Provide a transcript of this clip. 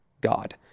god